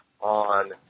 on